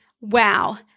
wow